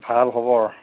ভাল খবৰ